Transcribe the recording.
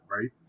right